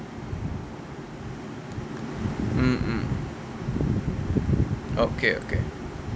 mm mm okay okay